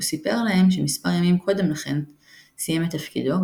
הוא סיפר להם שמספר ימים קודם לכן סיים את תפקידו,